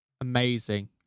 amazing